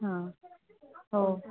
हां हो